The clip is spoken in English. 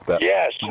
Yes